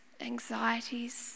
anxieties